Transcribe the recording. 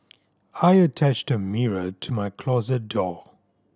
I attached a mirror to my closet door